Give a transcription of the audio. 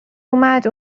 اومد